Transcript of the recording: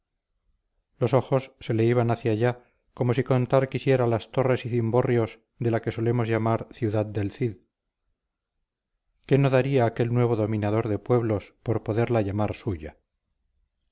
los ojos se le iban hacia allá como si contar quisiera las torres y cimborrios de la que solemos llamar ciudad del cid qué no daría aquel nuevo dominador de pueblos por poderla llamar suya